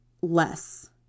less